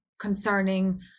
concerning